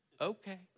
okay